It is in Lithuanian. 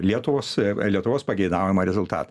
lietuvos lietuvos pageidaujamą rezultatą